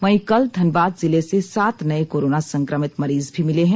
वहीं कल धनबाद जिले से सात नए कोरोना संक्रमित मरीज भी मिले हैं